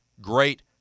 great